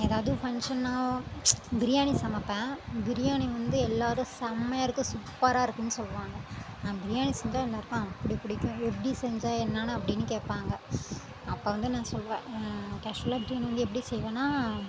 ஏதாவது ஃபங்ஷன்னால் பிரியாணி சமைப்பேன் பிரியாணி வந்து எல்லாரும் செம்மயா இருக்குது சூப்பராக இருக்குதுனு சொல்லுவாங்க நான் பிரியாணி செஞ்சால் எல்லாருக்கும் அப்படி பிடிக்கும் எப்படி செஞ்ச என்னனு அப்படினு கேட்பாங்க அப்போ வந்து நான் சொல்லுவேன் கேசுவலாக பிரியாணி வந்து எப்படி செய்வேனா